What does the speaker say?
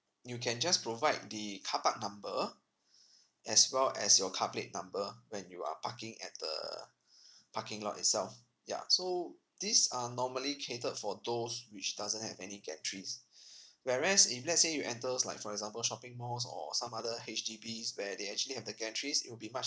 you can just provide the car park number as well as your car plate number when you are parking at the parking lot itself ya so this are normally catered for those which doesn't have any gantries whereas if let's say you enters like for example shopping malls or some other H_D_Bs where they actually have the gantries it will be much